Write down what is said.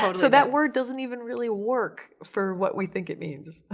so so that word doesn't even really work for what we think it means.